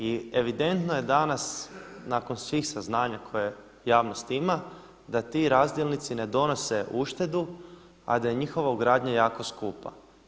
I evidentno je danas nakon svih saznanja koje javnost ima da ti razdjelnici ne donose uštedu, a da je njihova ugradnja jako skupa.